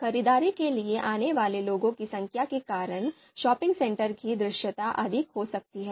खरीदारी के लिए आने वाले लोगों की संख्या के कारण शॉपिंग सेंटर की दृश्यता अधिक हो सकती है